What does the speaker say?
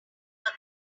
back